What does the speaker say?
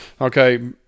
Okay